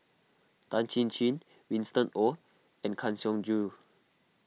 Tan Chin Chin Winston Oh and Kang Siong Joo